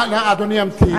אדוני ימתין.